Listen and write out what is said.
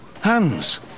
Hands